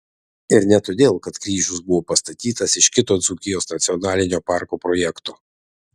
ir ne todėl kad kryžius buvo pastatytas iš kito dzūkijos nacionalinio parko projekto